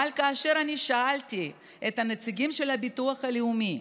אבל כאשר אני שאלתי את הנציגים של הביטוח הלאומי: